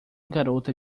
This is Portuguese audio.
garota